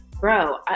Bro